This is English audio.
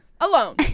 alone